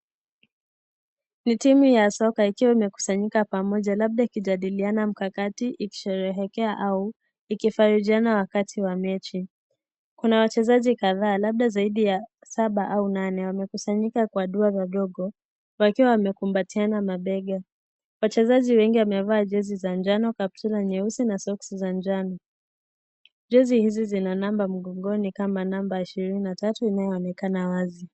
Ni timu ya soka ikiwa imekusanyika pamoja labda ikijadiliana mkakati ikisherehekea au ikijadiliana wakati wa mechi. Kuna wachezaji kadhaa labda zaidi ya saba au nane wamekusanyika kwa duara ndogo wakiwa wamekubatiana mambega . Wachezaji wengi wamevaa jezi za njano, kaptura nyeusi na socks za njano. Jezi hizi zina namba mgongoni kama namba ishirini na tatu inayoonekana wazi.